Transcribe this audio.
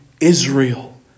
Israel